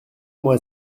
moi